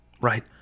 Right